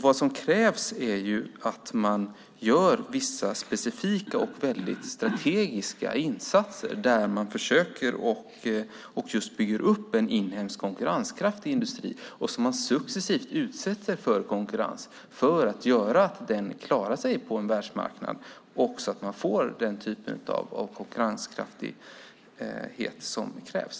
Vad som krävs är att man gör vissa specifika och väldigt strategiska insatser där man försöker bygga upp en inhemsk konkurrenskraftig industri som man successivt utsätter för konkurrens för att den ska klara sig på en världsmarknad och så att man får den typ av konkurrenskraft som krävs.